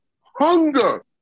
hunger